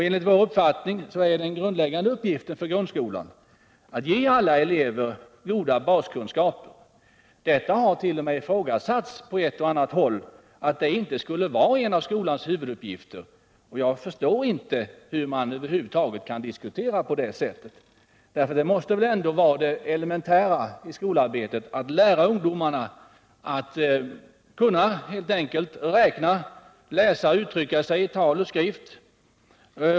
Enligt vår uppfattning är den grundläggande uppgiften för grundskolan att ge alla elever goda baskunskaper. Det hart.o.m. på ett och annat håll ifrågasatts om det skulle vara en av skolans huvuduppgifter. Jag förstår inte hur man över huvud taget kan diskutera på det sättet. Det elementära i skolarbetet måste väl ändå vara att lära ungdomarna att räkna, läsa, uttrycka sig i tal och skrift.